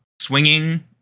swinging